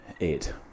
eight